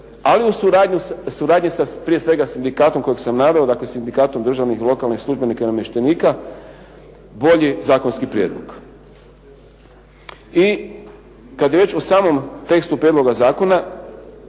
ali u suradnji prije svega sa sindikatom kojeg sam naveo, dakle Sindikatom državnih i lokalnih službenika i namještenika, bolji zakonski prijedlog. I kad je već o samom tekstu prijedloga zakona,